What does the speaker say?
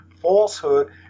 falsehood